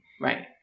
right